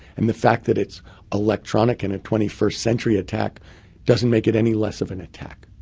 and the fact that it's electronic and a twenty first century attack doesn't make it any less of an attack.